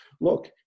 look